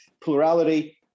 plurality